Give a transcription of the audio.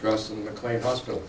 crossing mclean hospital